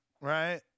right